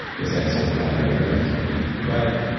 yes, i insulted half my yoga friends but